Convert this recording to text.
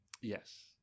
Yes